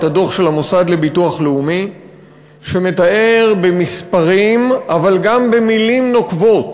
הדוח של המוסד לביטוח לאומי שמתאר במספרים אבל גם במילים נוקבות